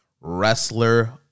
Wrestler